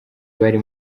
bari